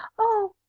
oh!